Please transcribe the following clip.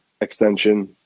extension